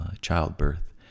childbirth